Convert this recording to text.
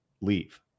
leave